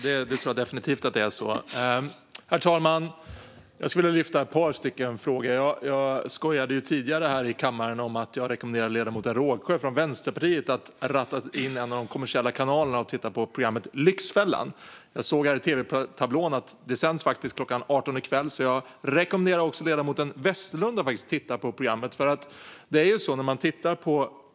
Herr talman! Det är kul med debatt, eller hur? Jag skulle vilja fram lyfta ett par frågor. Jag skojade tidigare här i kammaren om att jag rekommenderade ledamoten Rågsjö från Vänsterpartiet att ratta in en av de kommersiella kanalerna och titta på programmet Lyxfällan . Jag såg i tv-tablån att det faktiskt sänds klockan 18 i kväll, så jag rekommenderar även ledamoten Westerlund att titta på programmet.